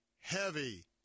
heavy